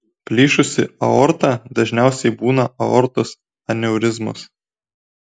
plyšusi aorta dažniausiai būna aortos aneurizmos